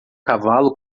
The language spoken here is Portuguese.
cavalo